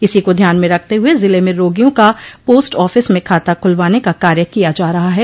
इसी को ध्यान में रखते हुए जिले में रोगियों का पोस्ट आफिस में खाता खुलवाने का कार्य किया जा रहा है